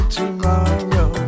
tomorrow